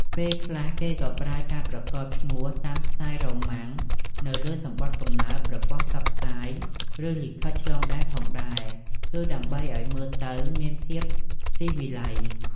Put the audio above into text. ពេលខ្លះ គេក៏ប្រើការប្រកបឈ្មោះតាមស្ទាយរ៉ូមុាំងនៅលើសំបុត្រកំណើត ប្រព័ន្ធផ្សព្វផ្សាយ ឬ លិខិតឆ្លងដែនផងដែរ គឺ ដើម្បីឱ្យមើលទៅមានភាពសុីវីល័យ។